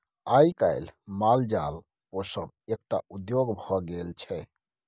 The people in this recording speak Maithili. आइ काल्हि माल जाल पोसब एकटा उद्योग भ गेल छै